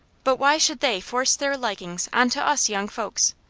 but why should they force their likings on to us young folks?